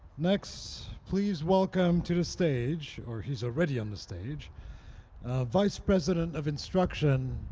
next, please welcome to the stage or, he's already on the stage vice president of instruction,